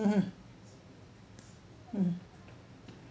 mmhmm mm